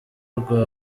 rwa